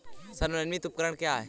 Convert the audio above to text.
स्वनिर्मित उपकरण क्या है?